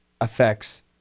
affects